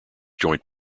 joint